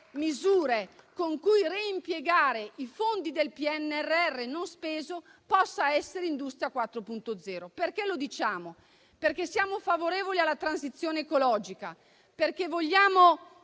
misure con cui reimpiegare i fondi del PNRR non spesi possa essere Industria 4.0. Lo diciamo perché siamo favorevoli alla transizione ecologica, perché vogliamo